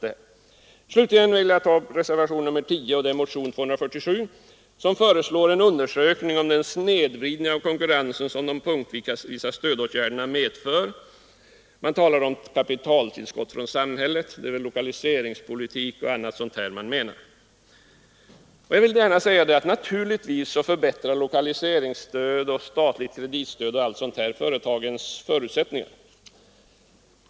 Jag vill slutligen beröra reservationen 10 i anslutning till motionen 247, där det föreslås en undersökning om den snedvridning av konkurrensen som de punktvisa stödåtgärderna medför. Man talar om kapitaltillskott från samhället, och man syftar väl då på lokaliseringsstöd osv. Jag vill naturligtvis instämma i att lokaliseringsstöd, statligt kreditstöd och allt sådant förbättrar företagens förutsättningar.